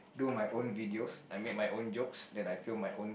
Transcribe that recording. do my own videos I mean my own jokes and I feel my owns